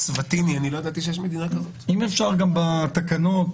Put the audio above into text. אם אפשר בתקנות,